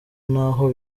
n’aho